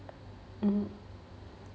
mm